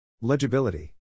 Legibility